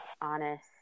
honest